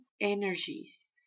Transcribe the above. energies